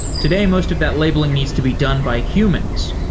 today, most of that labeling needs to be done by humans.